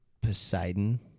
Poseidon